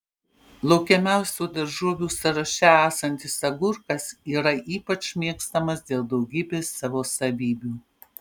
laukiamiausių daržovių sąraše esantis agurkas yra ypač mėgstamas dėl daugybės savo savybių